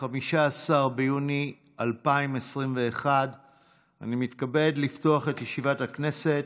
15 ביוני 2021. אני מתכבד לפתוח את ישיבת הכנסת.